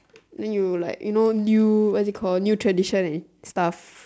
then you like you know new what it call new tradition and stuff